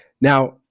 Now